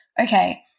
okay